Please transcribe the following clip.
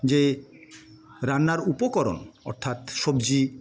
যে রান্নার উপকরণ অর্থাৎ সবজি